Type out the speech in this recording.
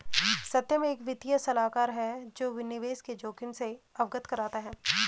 सत्यम एक वित्तीय सलाहकार है जो निवेश के जोखिम से अवगत कराता है